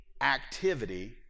activity